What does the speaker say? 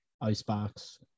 icebox